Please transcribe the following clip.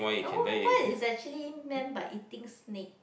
oh what is actually meant by eating snake